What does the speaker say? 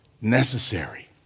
necessary